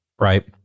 right